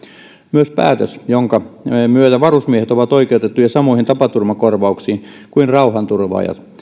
myös päätös jonka myötä varusmiehet ovat oikeutettuja samoihin tapaturmakorvauksiin kuin rauhanturvaajat